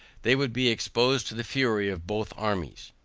they would be exposed to the fury of both armies.